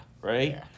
Right